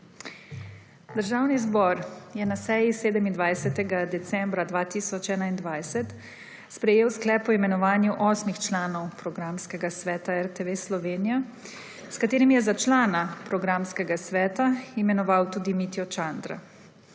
Državni zbor je na seji 27. decembra 2021 sprejel sklep o imenovanju osmih članov programskega sveta RTV Slovenija s katerim je za člana programskega sveta imenoval tudi Mitjo Čandra.